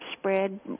spread